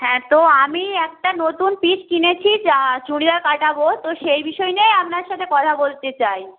হ্যাঁ তো আমি একটা নতুন পিস কিনেছি যা চুড়িদার কাটাব তো সেই বিষয় নিয়েই আপনার সাথে কথা বলতে চাই